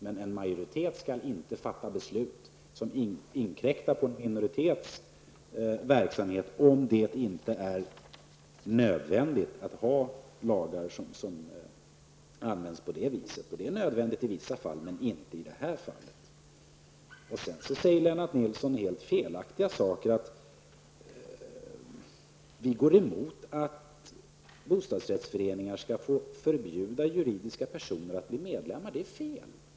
Men en majoritet skall inte fatta beslut som inkräktar på en minoritets verksamhet, om det inte är nödvändigt att ha lagar som används på det sättet. Det är nödvändigt i vissa fall. Men inte i det här fallet. Lennart Nilsson säger vidare helt felaktigt saker som att vi moderater går emot att bostadsrättsföreningar skall få förbjuda juridiska personer att bli medlemmar. Det är fel.